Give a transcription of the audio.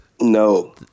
No